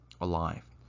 alive